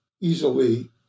easily